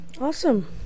Awesome